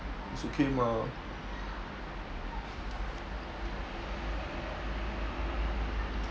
it's okay mah